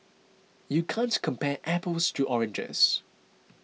you can't compare apples to oranges